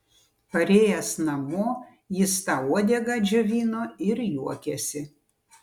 parėjęs namo jis tą uodegą džiovino ir juokėsi